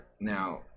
now